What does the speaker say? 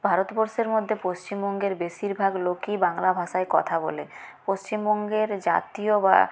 ভারতবর্ষের মধ্যে পশ্চিমবঙ্গের বেশিরভাগ লোকই বাংলা ভাষায় কথা বলে পশ্চিমবঙ্গের জাতীয় বা